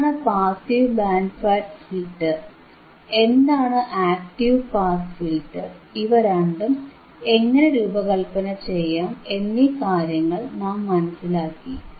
എന്താണ് passive band filter എന്താണ് active pass filter ഇവ രണ്ടും എങ്ങനെ രൂപകല്പന ചെയ്യാം എന്നീ കാര്യങ്ങൾ നാം മനസിലാക്കി